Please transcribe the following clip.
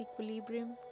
equilibrium